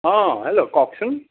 অ hello কওকচোন